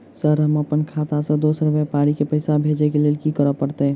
Sir हम अप्पन खाता सऽ दोसर व्यापारी केँ पैसा भेजक लेल की करऽ पड़तै?